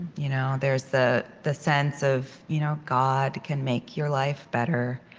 you know there's the the sense of, you know god can make your life better,